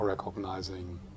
recognizing